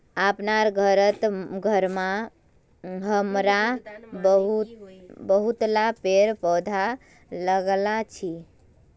अपनार घरत हमरा बहुतला पेड़ पौधा लगाल छि